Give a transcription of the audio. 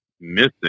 missing